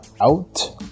out